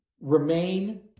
remain